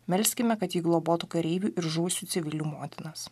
melskime kad ji globotų kareivių ir žuvusių civilių motinas